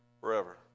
forever